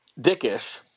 dickish